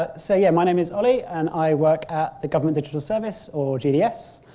ah so yeah my name is ollie. and i work at the government digital service, or gds.